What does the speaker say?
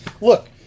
Look